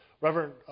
Reverend